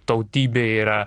tautybė yra